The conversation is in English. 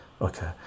okay